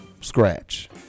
scratch